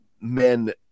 men